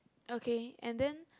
okay and then